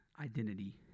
identity